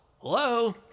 Hello